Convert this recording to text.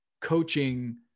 coaching